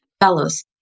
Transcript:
fellows